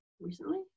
recently